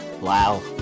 Wow